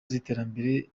z’iterambere